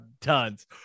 Tons